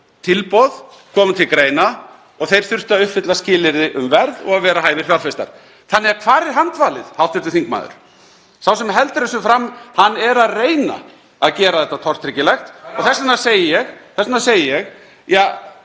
tilboð komu til greina og þeir þurftu að uppfylla skilyrði um verð og að vera hæfir fjárfestar. Þannig að hvar er handvalið, hv. þingmaður? Sá sem heldur þessu fram er að reyna að gera þetta tortryggilegt (Gripið fram í.) og þess vegna segi ég: